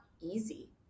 easy